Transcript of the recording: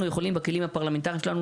אנחנו יכולים בכלים הפרלמנטריים שלנו